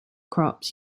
crops